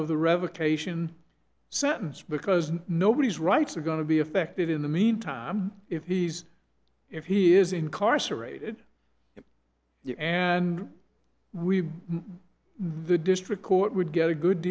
of the revocation sentence because nobody's rights are going to be affected in the meantime if he's if he is incarcerated and we the district court would get a good